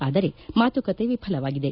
ಆದರೆ ಮಾತುಕತೆ ವಿಫಲವಾಗಿದೆ